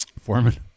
Foreman